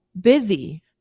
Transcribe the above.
busy